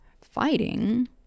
fighting